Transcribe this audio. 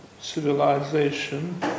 civilization